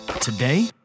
Today